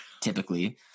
typically